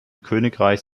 königreich